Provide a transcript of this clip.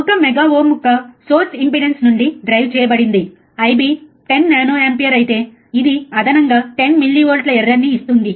ఒక mega ohm యొక్క source impedance నుండి డ్రైవ్ చేయబడింది IB 10 నానో ఆంపియర్ అయితే ఇది అదనంగా 10 మిల్లీవోల్ట్ల ఎర్రర్ ని ఇస్తుంది